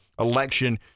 election